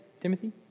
Timothy